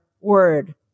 word